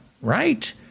right